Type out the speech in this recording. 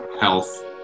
health